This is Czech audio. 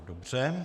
Dobře.